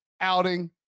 outing